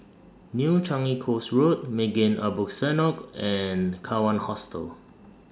New Changi Coast Road Maghain Aboth Synagogue and Kawan Hostel